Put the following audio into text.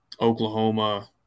Oklahoma